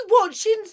watching